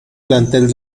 plantel